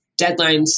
deadlines